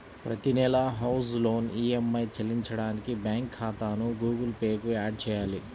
ప్రతి నెలా house loan EMI చెల్లించడానికి బ్యాంకు ఖాతాను గుగుల్ పే కు యాడ్ చేయాలి